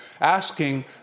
asking